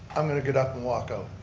i'm going to get up and walk out.